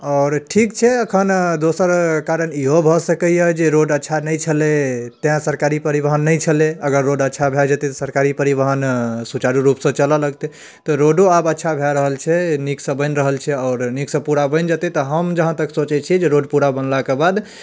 आओर ठीक छै एखन दोसर कारण इहो भऽ सकैए जे रोड अच्छा नहि छलै तेँ सरकारी परिवहन नहि छलै अगर रोड अच्छा भऽ जेतै तऽ सरकारी परिवहन सुचारु रूपसँ चलऽ लगतै तऽ रोडो आब अच्छा भऽ रहल छै नीकसँ बनि रहल छै आओर नीकसँ पूरा बनि जेतै तऽ हम जहाँ तक सोचै छिए जे रोड पूरा बनलाके बाद